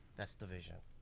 that's the vision.